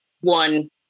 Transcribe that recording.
one